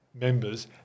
members